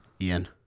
Ian